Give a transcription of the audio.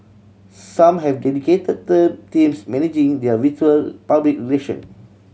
some have dedicated teams managing their virtual public relation